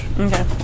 Okay